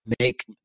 make